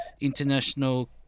international